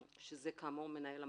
כאמור מנהל המחוז.